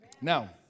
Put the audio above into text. Now